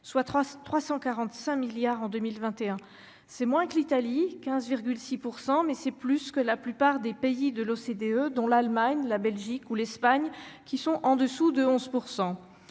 soit 3 345 milliards en 2021, c'est moins que l'Italie 15 6 % mais c'est plus que la plupart des pays de l'OCDE, dont l'Allemagne, la Belgique ou l'Espagne qui sont en dessous de 11